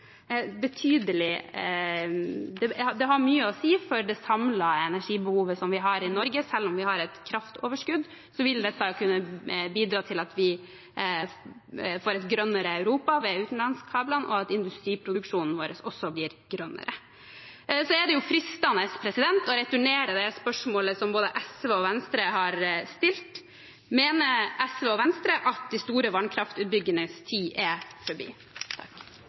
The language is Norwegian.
Det har mye å si for det samlede energibehovet vi har i Norge. Selv om vi har et kraftoverskudd, vil dette kunne bidra til at vi får et grønnere Europa gjennom utenlandskablene, og at industriproduksjonen vår også blir grønnere. Det er fristende å returnere det spørsmålet som både SV og Venstre har stilt: Mener SV og Venstre at de store vannkraftutbyggingenes tid er forbi?